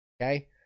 Okay